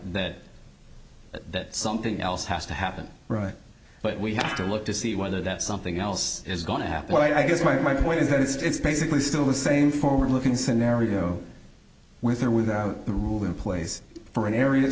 then that something else has to happen but we have to look to see whether that something else is going to happen i guess my point is that it's basically still the same forward looking scenario with or without the rule in place for an area